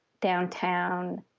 downtown